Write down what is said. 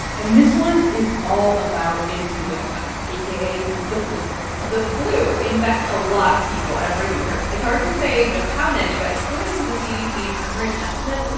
and this one is all about influenza aka the flu the flu infects a lot of people every year. it's hard to say just how many, but according to the cdc's current estimate,